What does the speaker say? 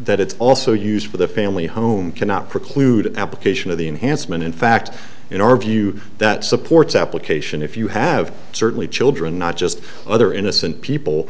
that it's also used for the family home cannot preclude application of the enhancement in fact in our view that supports application if you have certainly children not just other innocent people